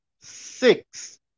six